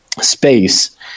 space